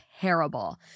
terrible